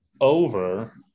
over